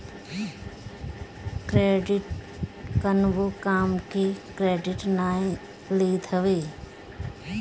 credit कवनो काम के क्रेडिट नाइ लेत हवे